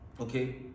okay